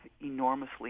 enormously